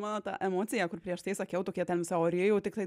mano ta emocija kur prieš tai sakiau tokia ten visa ore jau tiktai